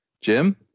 Jim